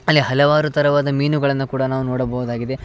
ಅಲ್ಲಿ ಹಲವಾರು ಥರವಾದ ಮೀನುಗಳನ್ನು ಕೂಡ ನಾವು ನೋಡಬಹುದಾಗಿದೆ